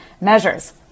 measures